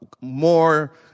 more